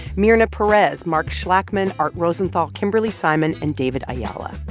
myrna perez, mark schlakman, art rosenthal, kimberly simon and david ayala.